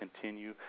continue